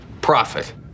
Profit